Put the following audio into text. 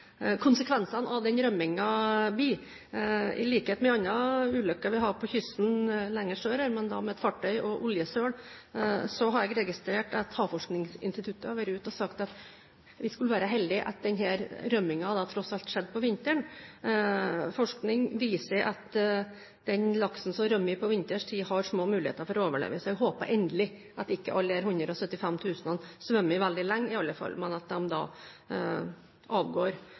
konsekvensene av den rømningen vil bli. Vi har hatt andre ulykker langs kysten lenger sør, med fartøy og oljesøl, og jeg har registrert at Havforskningsinstituttet har vært ute og sagt at vi er heldige fordi denne rømningen tross alt skjedde på vinteren. Forskning viser at den laksen som rømmer vinterstid, har små muligheter for å overleve, så jeg håper endelig at ikke alle de 175 000 svømmer veldig lenge i alle fall, men at de avgår